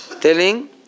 telling